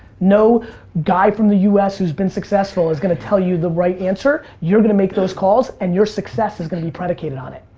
no guy from the u s. who's been successful is gonna tell you the right answer. you're gonna make those calls and your success is gonna be predicated on it.